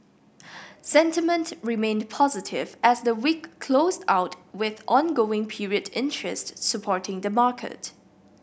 sentiment remained positive as the week closed out with ongoing period interest supporting the market